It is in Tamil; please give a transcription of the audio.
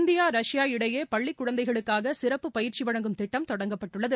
இந்தியா ரஷ்யா இடையே பள்ளிக் குழந்தைகளுக்காக சிறப்பு பயிற்சி வழங்கும் திட்டம் தொடங்கப்பட்டுள்ளது